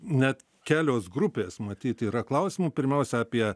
net kelios grupės matyt yra klausimų pirmiausia apie